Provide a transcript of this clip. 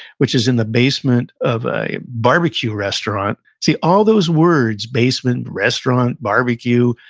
which is in the basement of a barbecue restaurant, see, all those words, basement, restaurant, barbecue,